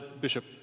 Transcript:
Bishop